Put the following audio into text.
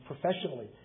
professionally